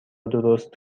درست